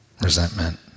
resentment